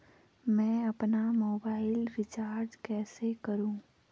मैं अपना mobile recharge कैसे करूँ?